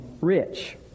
rich